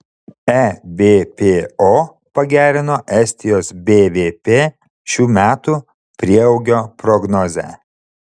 ebpo pagerino estijos bvp šių metų prieaugio prognozę